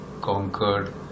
conquered